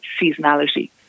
seasonality